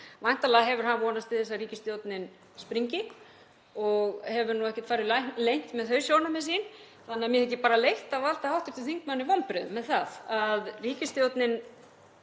Væntanlega hefur hann vonast til þess að ríkisstjórnin spryngi og hefur hann ekkert farið leynt með þau sjónarmið sín. Þannig að mér þykir leitt að valda hv. þingmanni vonbrigðum með það að ríkisstjórnin